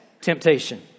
temptation